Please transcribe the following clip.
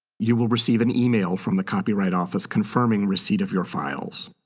you will receive an email from the copyright office confirming receipt of your files.